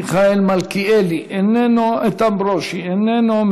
מיכאל מלכיאלי, איננו, איתן ברושי, איננו.